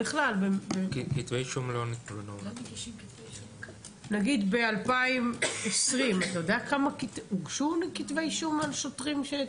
כתבי אישום לא --- נגיד ב-2020 הוגשו כתבי אישום נגד שוטרים?